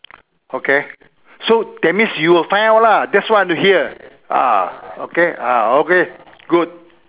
okay so that means you will find out lah that's what I want to hear ah okay ah okay good